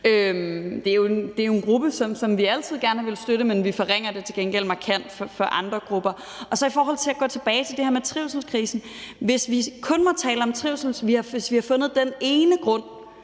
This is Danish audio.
Det er jo en gruppe, som vi altid gerne har villet støtte, men vi forringer det til gengæld markant for andre grupper. Og så for at gå tilbage til det her med trivselskrisen vil jeg sige, at hvis vi kun må tale om trivsel, når vi har fundet den ene grund,